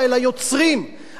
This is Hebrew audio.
הרי כשבן-אדם כותב,